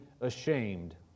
ashamed